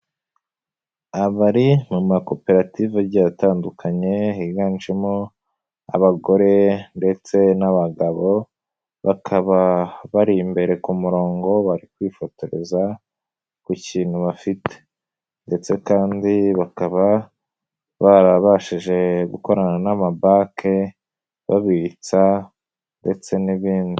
Abari mu makoperative agiye atandukanye, higanjemo abagore ndetse n'abagabo, bakaba bari imbere ku murongo, bari kwifotoreza ku kintu bafite ndetse kandi bakaba barabashije gukorana n'amabanke, babitsa ndetse n'ibindi.